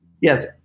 Yes